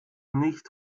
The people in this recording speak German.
nicht